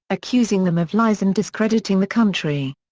accusing them of lies and discrediting the country.